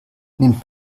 nimmt